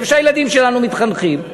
איפה שהילדים שלנו מתחנכים,